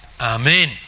Amen